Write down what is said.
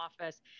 office